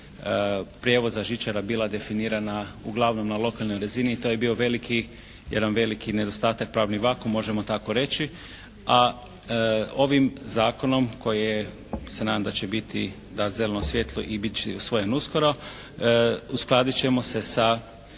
prijevoza žičara bila definirana uglavnom na lokalnoj razini i to je bio veliki, jedan veliki nedostatak, pravni vakuum možemo tako reći, a ovim zakonom koje se nadam da će biti dato zeleno svjetlo i biti će usvojen uskoro uskladit ćemo se sa